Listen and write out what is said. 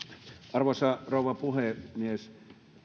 arvoisa rouva puhemies